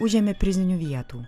užėmė prizinių vietų